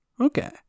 Okay